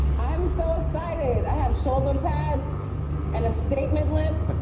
i am so excited. i have shoulder pads and a statement lamp.